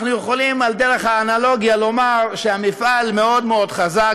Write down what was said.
אנחנו יכולים על דרך האנלוגיה לומר שהמפעל מאוד מאוד חזק,